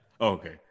Okay